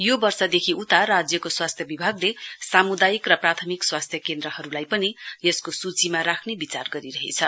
यो वर्ष देखि उता राज्यको स्वास्थ्य विभागले सामुदायिक र प्रत्यमिक स्वास्थ्य केन्द्रहरुलाई पनि यसको सूचीमा राख्ने विचार गरिरहेछ